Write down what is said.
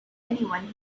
anyone